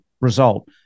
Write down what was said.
result